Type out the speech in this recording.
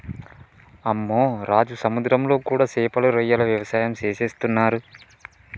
అమ్మె రాజు సముద్రంలో కూడా సేపలు రొయ్యల వ్యవసాయం సేసేస్తున్నరు